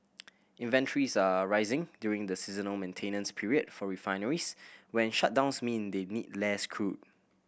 inventories are rising during the seasonal maintenance period for refineries when shutdowns mean they need less crude